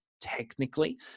technically